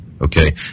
Okay